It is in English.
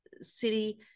city